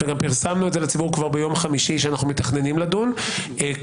וגם פרסמנו את זה לציבור כבר ביום חמישי שאנחנו מתכננים לדון והזמן.